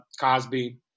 Cosby